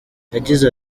yagize